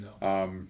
No